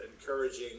encouraging